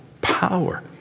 power